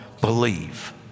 believe